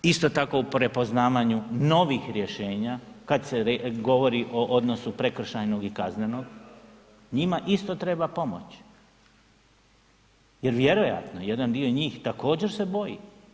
Isto tako u prepoznavanju novih rješenja kad se govori o odnosu prekršajnog i kaznenog, njima isto treba pomoć jer vjerojatno jedan dio njih također se boji.